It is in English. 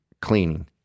cleaning